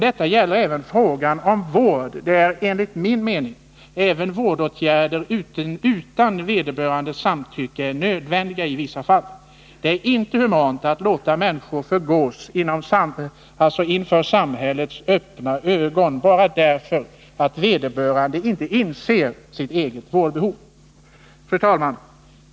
Detta gäller även frågan om vården, där enligt min mening även vårdåtgärder utan vederbörandes samtycke är nödvändiga i vissa fall. Det är inte humant att låta människor förgås inför våra öppna ögon bara därför att vederbörande inte inser sitt eget vårdbehov. Fru talman!